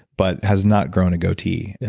but has not grown a goatee. and